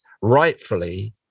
rightfully